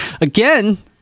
Again